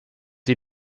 die